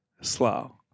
Slow